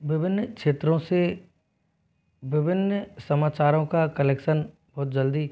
विभिन्न क्षेत्रों से विभिन्न समाचारों का कलेक्शन बहुत जल्दी